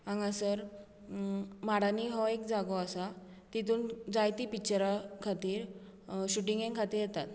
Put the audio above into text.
हांगासर माडांनी हो एक जागो आसा तितूंत जायतीं पिक्चरां खातीर शुटिंगे खातीर येतात